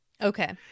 Okay